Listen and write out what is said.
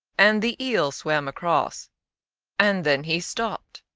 and the eel swam across and then he stopped.